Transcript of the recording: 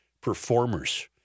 performers